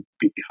become